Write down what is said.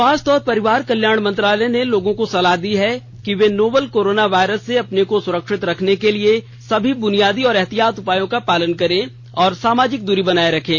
स्वास्थ्य और परिवार कल्याण मंत्रालय ने लोगों को सलाह दी है कि वे नोवल कोरोना वायरस से अपने को सुरक्षित रखने के लिए सभी बुनियादी एहतियाती उपायों का पालन करें और सामाजिक दूरी बनाए रखें